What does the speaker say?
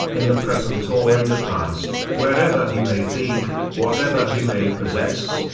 in the present or in the past, wherever he may be, whatever he may possess,